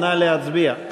נא להצביע.